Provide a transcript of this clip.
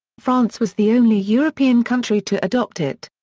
france was the only european country to adopt it.